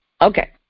okay